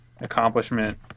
accomplishment